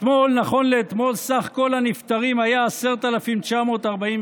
נכון לאתמול מספר הנפטרים היה 10,942,